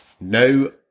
No